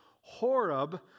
Horeb